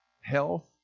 health